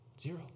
Zero